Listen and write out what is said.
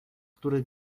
której